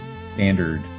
standard